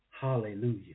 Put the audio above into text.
Hallelujah